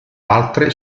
altre